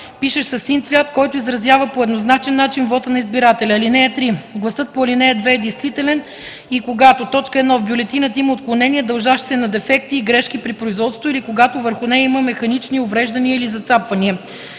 пишещ със син цвят, който изразява по еднозначен начин вота на избирателя. (3) Гласът по ал. 2 е действителен и когато: 1. в бюлетината има отклонения, дължащи се на дефекти и грешки при производството, или когато върху нея има механични увреждания или зацапвания;